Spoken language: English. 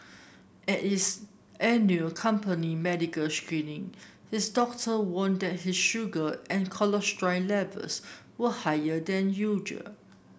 at its annual company medical screening his doctor warned that he sugar and cholesterol levels were higher than usual